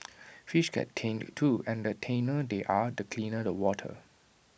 fish get tanned too and the tanner they are the cleaner the water